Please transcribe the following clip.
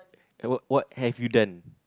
w~ what have you done